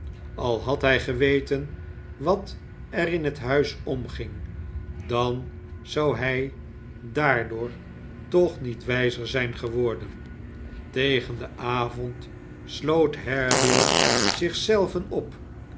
al had hij geweten wat er in het huis omging dan zou hij daardoor toch niet wijzer zijn geworden tegen den avond sloot haredale zich zelve op